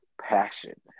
passion